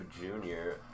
junior